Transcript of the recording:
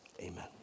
Amen